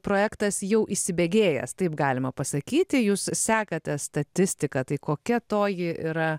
projektas jau įsibėgėjęs taip galima pasakyti jūs sekate statistiką tai kokia toji yra